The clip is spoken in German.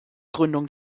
gründung